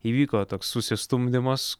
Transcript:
įvyko toks susistumdymas